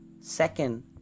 second